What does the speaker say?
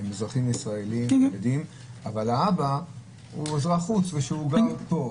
הם אזרחים ישראלים אבל האבא הוא אזרח חוץ, שגר פה.